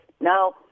Now